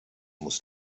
muss